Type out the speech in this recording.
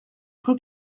cru